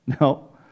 No